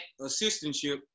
assistantship